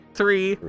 three